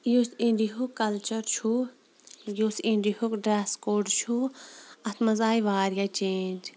یُس اِنڈیِہُک کَلچَر چھُ یُس اِنڈیِہُک ڈرٛس کوڑ چھُ اَتھ منٛز آے واریاہ چینٛج